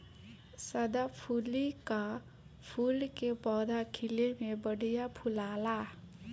सदाफुली कअ फूल के पौधा खिले में बढ़िया फुलाला